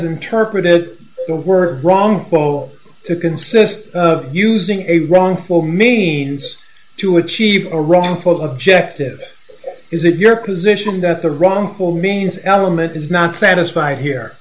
interpreted that were wrong well consist of using a wrong well means to achieve a wrongful objective is it your position that the wrongful means element is not satisfied here